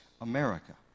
America